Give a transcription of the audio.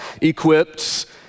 equipped